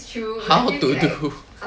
how to do